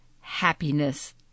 happiness